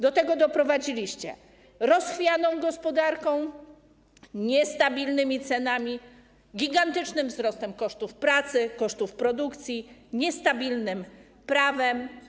Do tego doprowadziliście rozchwianą gospodarką, niestabilnymi cenami, gigantycznym wzrostem kosztów pracy, kosztów produkcji i niestabilnym prawem.